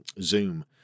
Zoom